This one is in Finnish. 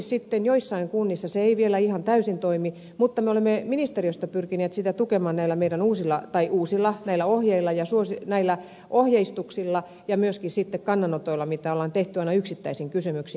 varmastikaan joissain kunnissa se ei ihan täysin vielä toimi mutta me olemme ministeriöstä pyrkineet sitä tukemaan näillä meidän uusilla tai uusilla näillä ohjeilla ja suosii näillä ohjeistuksillamme ja myöskin kannanotoillamme joita on tehty aina yksittäisiin kysymyksiin